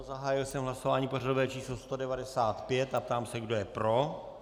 Zahájil jsem hlasování pořadové číslo 195, ptám se, kdo je pro.